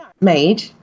made